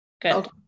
Good